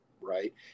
right